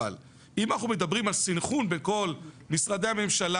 אבל אם אנחנו מדברים על סנכרון בין כל משרדי הממשלה,